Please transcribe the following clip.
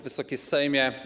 Wysoki Sejmie!